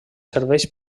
serveix